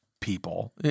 people